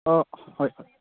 অঁ হয় হয়